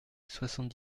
soixante